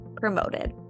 promoted